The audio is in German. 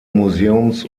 museums